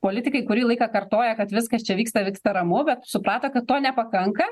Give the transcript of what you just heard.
politikai kurį laiką kartoja kad viskas čia vyksta vyksta ramu bet suprato kad to nepakanka